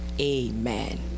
Amen